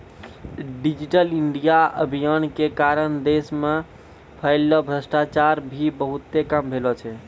digital India अभियान के कारण देश मे फैल्लो भ्रष्टाचार भी बहुते कम भेलो छै